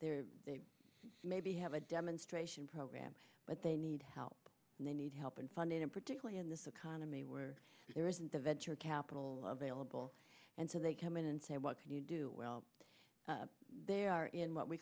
that they maybe have a demonstration program but they need help and they need help in finding and particularly in this economy where there isn't a venture capital available and so they come in and say what can you do well they are in what we